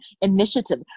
initiative